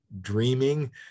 Dreaming